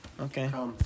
Okay